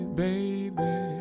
baby